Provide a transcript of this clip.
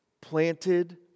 planted